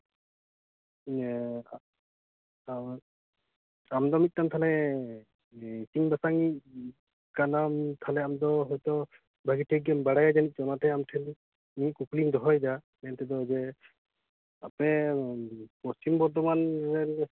ᱟᱢ ᱫᱚ ᱢᱤᱫᱴᱟᱝ ᱛᱟᱞᱚᱦᱮ ᱤᱥᱤᱱ ᱵᱟᱥᱟᱝ ᱤᱡ ᱠᱟᱱᱟᱢ ᱛᱟᱞᱚᱦᱮ ᱟᱢ ᱫᱚ ᱦᱚᱭᱛᱳ ᱵᱷᱟᱹᱜᱤ ᱴᱷᱤᱠ ᱜᱮᱢ ᱵᱟᱲᱟᱭᱟ ᱡᱟᱱᱤᱡ ᱪᱚᱝ ᱚᱱᱟᱛᱮ ᱟᱢ ᱴᱷᱮᱱ ᱤᱧᱟᱹᱜ ᱠᱩᱠᱞᱤᱧ ᱫᱚᱦᱚᱭᱮᱫᱟ ᱢᱮᱱᱛᱮ ᱫᱚ ᱡᱮ ᱟᱯᱮ ᱯᱚᱥᱪᱷᱤᱢ ᱵᱚᱨᱫᱷᱚᱢᱟᱱ ᱨᱮ